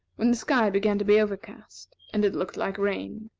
when the sky began to be overcast, and it looked like rain.